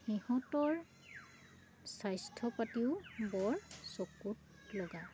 সিহঁতৰ স্বাস্থ্য পাতিও বৰ চকুত লগা